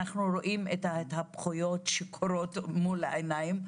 אנחנו רואים את התהפוכות שקורות מול העיניים,